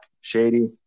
shady